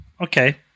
Okay